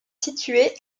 située